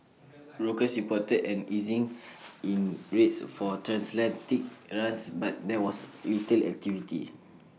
brokers reported an easing in rates for transatlantic runs but there was little activity